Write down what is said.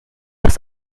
was